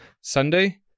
Sunday